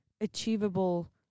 achievable